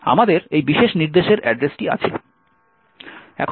আমাদের এই বিশেষ নির্দেশের অ্যাড্রেসটি আছে